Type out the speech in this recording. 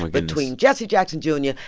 between jesse jackson, jr, and yeah